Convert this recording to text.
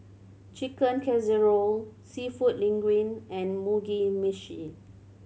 Chicken Casserole Seafood Linguine and Mugi Meshi